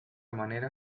manera